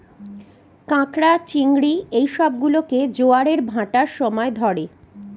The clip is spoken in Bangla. ক্যাঁকড়া, চিংড়ি এই সব গুলোকে জোয়ারের ভাঁটার সময় ধরে